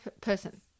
person